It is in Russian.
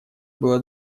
было